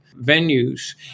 venues